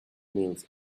nails